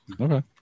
Okay